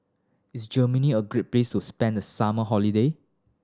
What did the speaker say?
is Germany a great place to spend the summer holiday